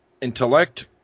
intellect